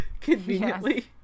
conveniently